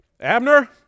Abner